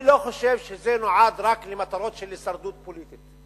אני לא חושב שזה נועד רק למטרות של הישרדות פוליטית.